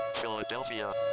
Philadelphia